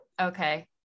Okay